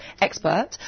expert